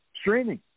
streaming